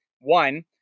One